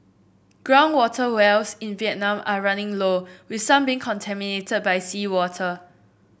ground water wells in Vietnam are running low with some being contaminated by seawater